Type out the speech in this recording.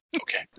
Okay